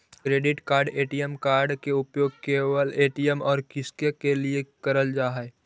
Credit card ATM card के उपयोग केवल ए.टी.एम और किसके के लिए करल जा है?